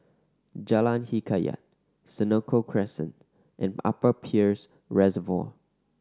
Jalan Hikayat Senoko Crescent and Upper Peirce Reservoir